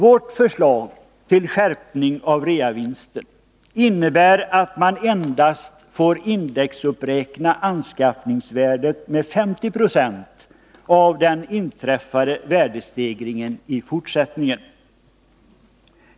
Vårt förslag till skärpning av reavinstbeskattningen innebär att man endast får indexuppräkna anskaffningsvärdet med 50 96 av den inträffade värdestegringen i fortsättningen.